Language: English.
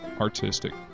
artistic